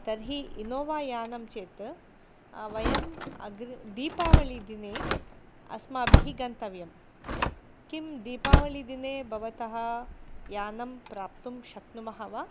तर्हि इनोवायानं चेत् वयं अग्रे दीपावलिदिने अस्माभिः गन्तव्यं किं दीपावलिदिने भवतः यानं प्राप्तुं शक्नुमः वा